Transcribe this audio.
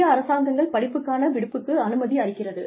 இந்திய அரசாங்கங்கள் படிப்புக்கான விடுப்புக்கு அனுமதி அளிக்கிறது